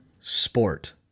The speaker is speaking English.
sport